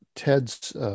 Ted's